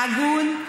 הגון.